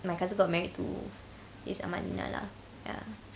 my cousin got married to this amalina lah ya